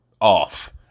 off